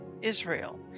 Israel